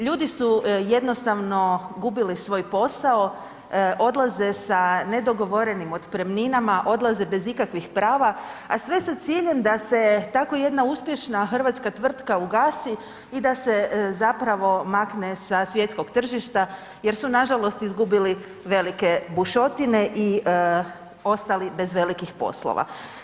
Ljudi su jednostavno gubili svoj posao, odlaze sa nedogovorenim otpremninama, odlaze bez ikakvih prava, a sve sa ciljem da se tako jedna uspješna hrvatska tvrtka ugasi da se makne sa svjetskog tržišta jer su nažalost izgubili velike bušotine i ostali bez velikih poslova.